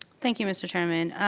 thank you mr. chairman.